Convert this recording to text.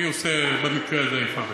אני עושה במקרה הזה איפה ואיפה.